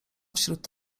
wśród